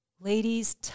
ladies